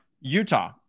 Utah